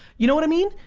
you know what i mean?